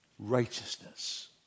righteousness